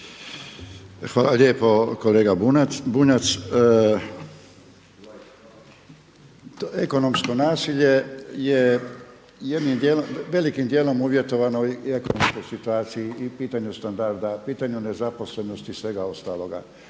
Hvala lijepo kolega Bunjac. To ekonomsko nasilje je jednim djelom, velikim djelom uvjetovano i ekonomskom situacijom, i pitanju standarda, pitanju nezaposlenosti i svega ostaloga.